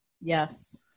Yes